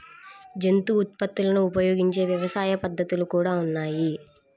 జంతు ఉత్పత్తులను ఉపయోగించని వ్యవసాయ పద్ధతులు కూడా ఉన్నాయి